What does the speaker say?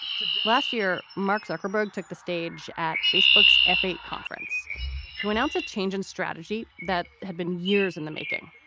to late last year, mark zuckerberg took the stage at facebook f eight conference to announce a change in strategy that had been years in the making.